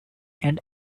and